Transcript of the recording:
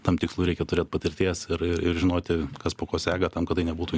tam tikslui reikia turėt patirties ir ir ir žinoti kas po ko seka tam kad tai nebūtų